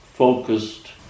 focused